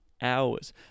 Hours